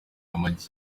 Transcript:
amagi